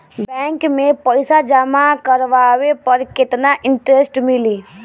Bank में पईसा जमा करवाये पर केतना इन्टरेस्ट मिली?